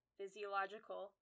physiological